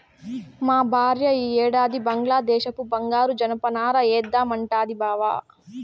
మా భార్య ఈ ఏడాది బంగ్లాదేశపు బంగారు జనపనార ఏద్దామంటాంది బావ